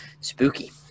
spooky